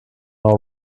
all